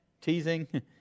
Teasing